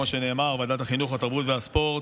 חוק ומשפט.